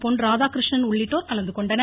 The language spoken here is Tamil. பொன் ராதாகிருஷ்ணன் உள்ளிட்டோர் கலந்துகொண்டனர்